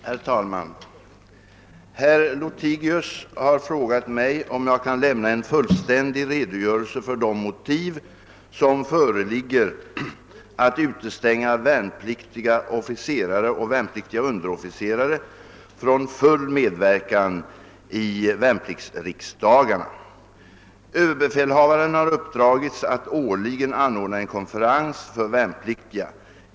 Herr talman! Herr Lothigius har frågat mig, om jag kan lämna en fullständig redogörelse för det motiv som föreligger att utestänga värnpliktiga officerare och värnpliktiga underofficerare från full medverkan i värnpliktsriksdagarna. Överbefälhavaren har i uppdrag att årligen anordna en konferens för värnpliktiga.